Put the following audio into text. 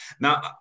Now